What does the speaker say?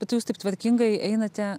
bet jūs taip tvarkingai einate